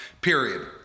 Period